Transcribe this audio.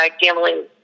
gambling